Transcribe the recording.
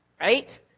right